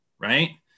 Right